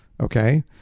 okay